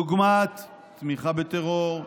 דוגמת תמיכה בטרור,